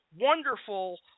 wonderful